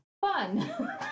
Fun